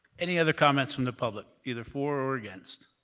any other comments from the public, either for or against?